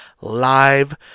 live